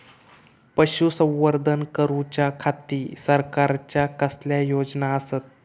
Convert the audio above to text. पशुसंवर्धन करूच्या खाती सरकारच्या कसल्या योजना आसत?